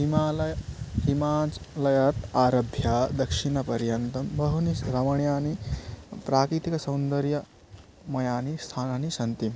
हिमालयः हिमाचलात् आरभ्य दक्षिणपर्यन्तं बहूनि स् रमणीयानि प्राकृतिकसौन्दर्यमयानि स्थानानि सन्ति